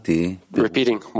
Repeating